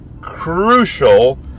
crucial